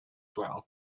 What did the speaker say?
well